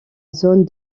zone